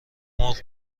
مرغ